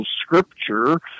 Scripture